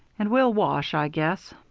and we'll wash, i guess.